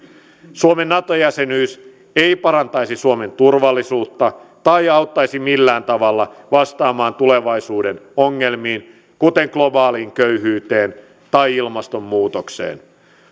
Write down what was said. suomen nato jäsenyys ei parantaisi suomen turvallisuutta tai auttaisi millään tavalla vastaamaan tulevaisuuden ongelmiin kuten globaaliin köyhyyteen tai ilmastonmuutokseen